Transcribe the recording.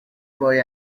boy